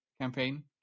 campaign